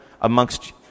amongst